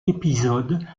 épisode